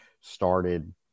started